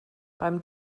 beim